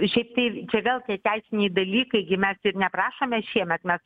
šiaip tai čia vėl tie teisiniai dalykai gi mes ir neprašome šiemet mes